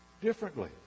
Differently